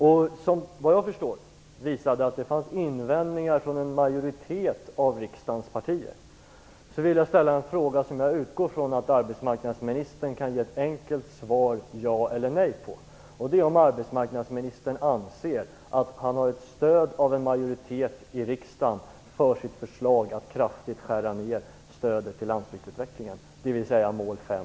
Det visade sig efter vad jag förstår att det fanns invändningar från en majoritet av riksdagens partier. Jag utgår från att arbetsmarknadsministern kan besvara följande fråga med ett enkelt ja eller nej: Anser arbetsmarknadsministern att han har stöd av en majoritet i riksdagen för sitt förslag att kraftigt skära ner stödet till landsbygdsutvecklingen, dvs. mål 5b?